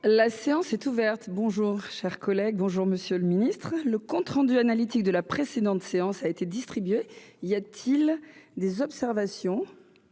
La séance est ouverte bonjour chers collègues, bonjour monsieur le Ministre, le compte rendu analytique de la précédente séance a été distribué, il y a-t-il des observations,